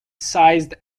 sized